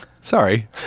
Sorry